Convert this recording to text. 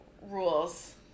rules